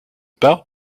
pars